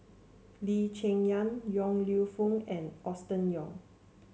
Lee Cheng Yan Yong Lew Foong and Austen Ong